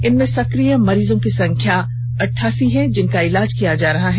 इनमें सकिय मरीजों की संख्या अठासी है जिनका इलाज किया जा रहा है